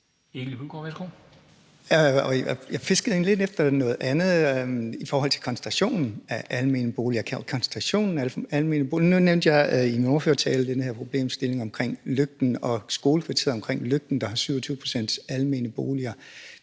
Jeg fiskede egentlig lidt efter noget andet, nemlig ordførerens holdning til koncentrationen af almene boliger. Nu nævnte jeg i min ordførertale den her problemstilling med Lygten og skoleekvarteret omkring Lygten, der har 27 pct. almene boliger.